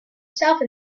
south